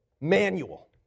manual